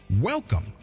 Welcome